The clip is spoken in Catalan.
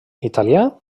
italià